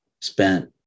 spent